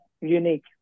unique